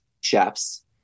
chefs